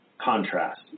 contrast